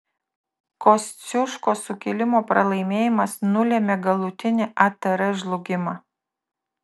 kosciuškos sukilimo pralaimėjimas nulėmė galutinį atr žlugimą